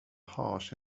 harsh